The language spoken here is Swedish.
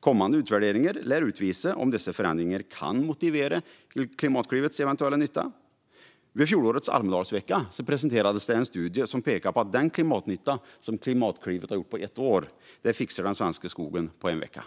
Kommande utvärderingar lär utvisa om dessa förändringar kan motivera Klimatklivets eventuella nytta. Vid fjolårets Almedalsvecka presenterades en studie som pekade på att den klimatnytta som Klimatklivet gjort på ett år fixar den svenska skogen på en vecka.